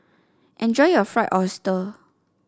enjoy your Fried Oyster